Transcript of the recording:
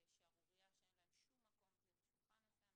שערורייה שאין להם שום מקום סביב השולחן הזה.